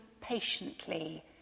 patiently